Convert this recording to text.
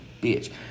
bitch